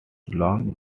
long